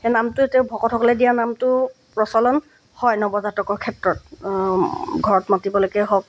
সেই নামটোৱে তেওঁক ভকতসকলে দিয়া নামটো প্ৰচলন হয় নৱজাতকৰ ক্ষেত্ৰত ঘৰত মাতিবলৈকে হওক